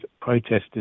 protesters